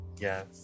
Yes